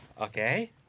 Okay